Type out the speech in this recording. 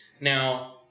Now